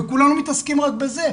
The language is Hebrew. וכולנו מתעסקים רק בזה,